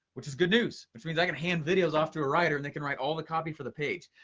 which is good news, which means i can hand videos off to a writer and they can write all the copy for the page.